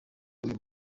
uyu